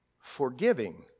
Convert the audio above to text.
forgiving